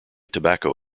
tobacco